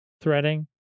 threading